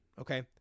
Okay